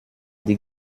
die